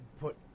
put